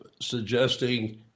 suggesting